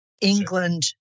England